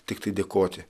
tiktai dėkoti